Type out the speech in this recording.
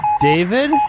David